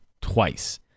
twice